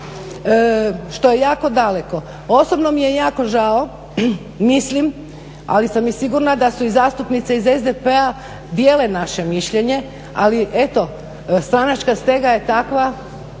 što je jako daleko. Osobno mi je jako žao, mislim ali sam i sigurna da su i zastupnice iz SDP-a dijele naše mišljenje, ali eto stranačka stega je takva